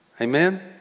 Amen